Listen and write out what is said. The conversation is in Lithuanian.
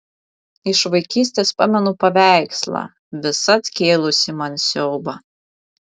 iš vaikystės pamenu paveikslą visad kėlusį man siaubą